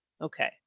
Okay